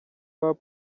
hop